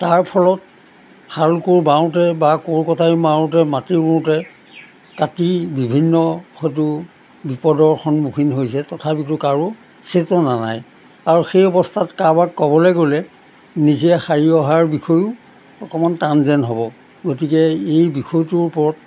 তাৰ ফলত হাল কোৰ বাওঁতে বা কোৰ কটাৰী মাৰোঁতে মাটি ৰুওতে কাটি বিভিন্ন হয়টো বিপদৰ সন্মুখীন হৈছে তথাপিতো কাৰো চেতনা নাই আৰু সেই অৱস্থাত কাৰোবাক ক'বলৈ গ'লে নিজে হাৰি অহাৰ বিষয়ো অকণমান টান যেন হ'ব গতিকে এই বিষয়টোৰ ওপৰত